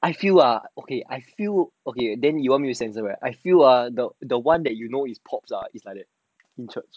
I feel ah okay I feel okay then you want me to centre where I feel uh the the one that you know his popular lah is like that interests